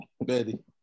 Betty